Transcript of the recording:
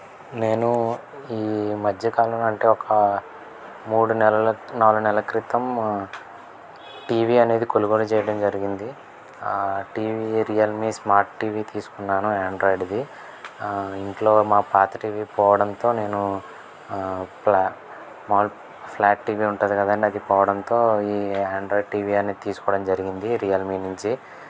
నేను ఈ మధ్యకాలం అంటే ఒక మూడు నెలల నాలుగు నెలల క్రితం టీవీ అనేది కొనుగోలు చేయడం జరిగింది ఆ టీవీ రియల్మీ స్మార్ట్ టీవీ తీసుకున్నాను ఆండ్రాయిడ్ అది ఇంట్లో మా పాత టీవీ పోవడంతో నేను ప్లా మాల్ ఫ్లాట్ టీవీ ఉంటుంది కదండి అది పోవడంతో ఈ ఆండ్రాయిడ్ టీవీ అనేది తీసుకోవడం జరిగింది రియల్మీ నుంచి